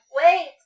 Wait